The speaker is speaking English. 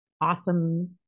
awesome